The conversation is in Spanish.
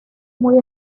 muy